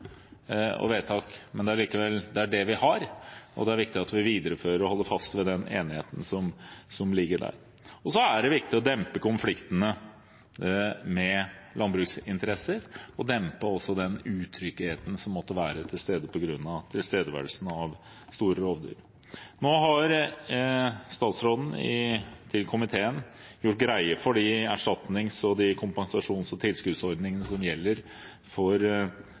og vedtak, men allikevel: Det er det vi har, og det er viktig at vi viderefører og holder fast ved den enigheten som ligger der. Så er det viktig å dempe konfliktene med landbruksinteresser og dempe også den utryggheten som måtte være på grunn av tilstedeværelsen av store rovdyr. Nå har statsråden overfor komiteen gjort greie for de erstatnings-, kompensasjons- og tilskuddsordningene som gjelder for